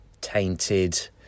tainted